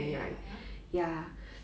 ya ya ya ya